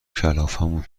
کلافمون